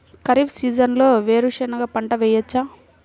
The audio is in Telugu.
ఖరీఫ్ సీజన్లో వేరు శెనగ పంట వేయచ్చా?